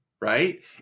right